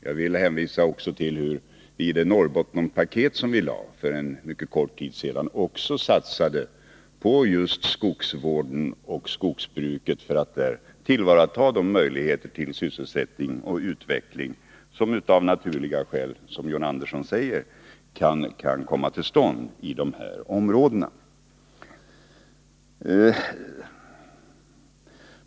Jag vill också hänvisa till att vi i det Norrbottenpaket som framlades för mycket kort tid sedan satsade på just skogsvården och skogsbruket för att tillvarata de möjligheter till sysselsättning och utveckling som av naturliga skäl, som John Andersson säger, kan komma till stånd i dessa områden.